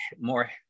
more